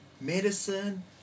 medicine